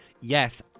Yes